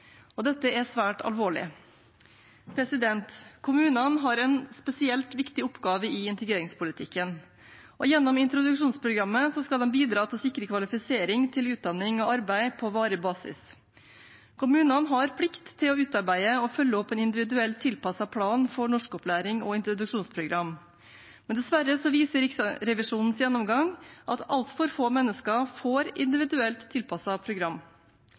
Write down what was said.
Dette er svært alvorlig. Kommunene har en spesielt viktig oppgave i integreringspolitikken. Gjennom introduksjonsprogrammet skal de bidra til å sikre kvalifisering til utdanning og arbeid på varig basis. Kommunene har plikt til å utarbeide og følge opp en individuelt tilpasset plan for norskopplæring og introduksjonsprogram, men dessverre viser Riksrevisjonens gjennomgang at altfor få mennesker får individuelt tilpasset program.